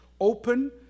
open